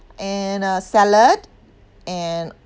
and uh salad and